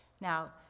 Now